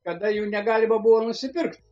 kada jų negalima buvo nusipirkt